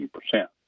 percent